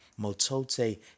motote